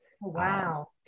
Wow